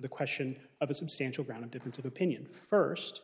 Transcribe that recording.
the question of a substantial ground of difference of opinion st